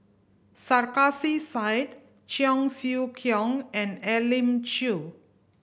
Sarkasi Said Cheong Siew Keong and Elim Chew